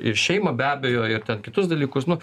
ir šeimą be abejo ir ten kitus dalykus nu